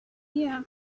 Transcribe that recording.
yeah